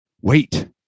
wait